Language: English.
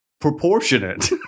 proportionate